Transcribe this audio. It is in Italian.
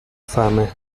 fame